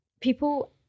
people